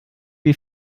die